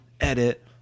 edit